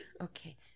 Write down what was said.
Okay